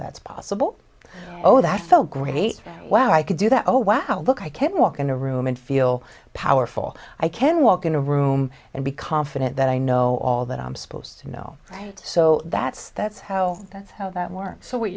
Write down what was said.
that's possible oh that felt great wow i could do that oh wow look i can walk into a room and feel powerful i can walk into a room and be confident that i know all that i'm supposed to know right so that's that's how that's how that works so what